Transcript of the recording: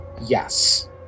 Yes